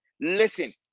listen